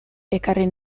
ekarri